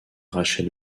rachel